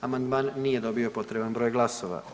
Amandman nije dobio potreban broj glasova.